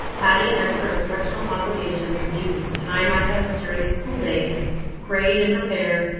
adding extra instructional obligations reduces the time i have during the school day to grade and prepare.